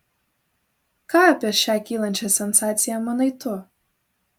ką apie šią kylančią sensaciją manai tu